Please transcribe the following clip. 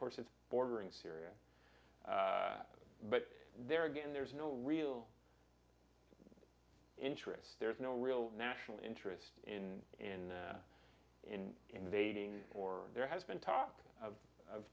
course is bordering syria but there again there's no real interest there's no real national interest in in in invading or there has been talk of